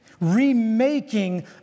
remaking